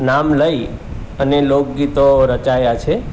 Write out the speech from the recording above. નામ લઈ અને લોકગીતો રચાયાં છે